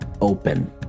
open